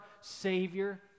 Savior